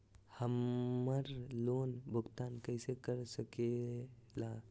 हम्मर लोन भुगतान कैसे कर सके ला?